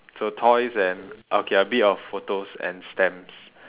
so toys and okay a bit of photos and stamps